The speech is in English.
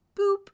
boop